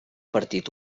partit